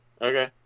Okay